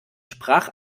sprach